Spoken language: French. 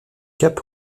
cape